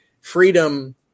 freedom